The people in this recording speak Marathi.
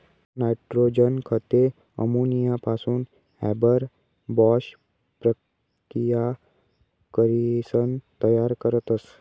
नायट्रोजन खते अमोनियापासून हॅबर बाॅश प्रकिया करीसन तयार करतस